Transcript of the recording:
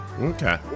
Okay